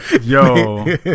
Yo